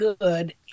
good